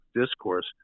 discourse